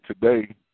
today